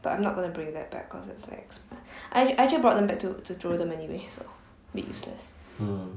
but I'm not gonna bring that back because it's like ex~ I actually brought them back to to throw them anyway so a bit useless